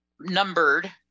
numbered